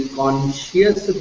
conscious